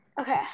Okay